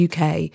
UK